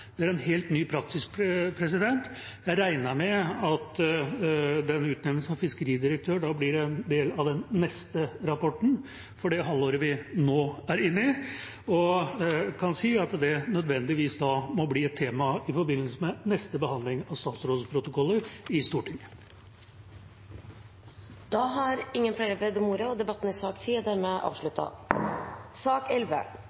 Det er en helt ny praksis. Jeg regner med at utnevnelsen av fiskeridirektør blir en del av den neste rapporten, for det halvåret vi nå er inne i, og kan si at det nødvendigvis må bli et tema i forbindelse med neste behandling av statsrådets protokoller i Stortinget. Flere har ikke bedt om ordet til sak nr. 10. Nå har vi nettopp understreket den spesielle situasjonen vi har vært i og er